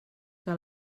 que